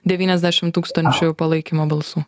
devyniasdešim tūkstančių palaikymo balsų